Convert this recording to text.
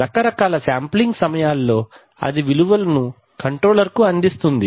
రకరకాల శాంప్లింగ్ సమయాల్లో అది విలువలను కంట్రోలర్ కు అందిస్తుంది